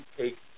take